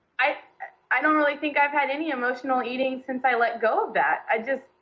i i don't really think i've had any emotional eating since i let go of that. i just,